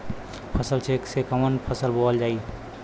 फसल चेकं से कवन फसल बोवल जाई?